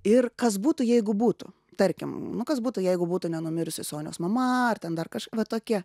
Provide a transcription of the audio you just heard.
ir kas būtų jeigu būtų tarkim nu kas būtų jeigu būtų nenumirsi sonios mama ar ten dar va tokie